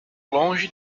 longe